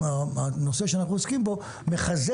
הנושא שאנחנו עוסקים בו מחזק,